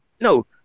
No